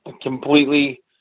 completely